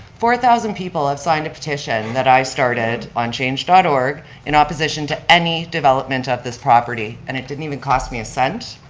four thousand people have signed a petition that i started on change dot org in opposition to any development of this property, and it didn't even me a cent.